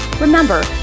Remember